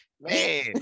Man